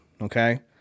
Okay